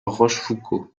rochefoucauld